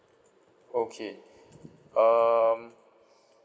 okay um